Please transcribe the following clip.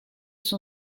son